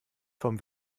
vom